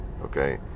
Okay